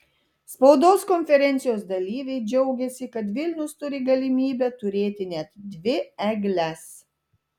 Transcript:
spaudos konferencijos dalyviai džiaugėsi kad vilnius turi galimybę turėti net dvi egles